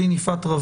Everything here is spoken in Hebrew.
התייחסות,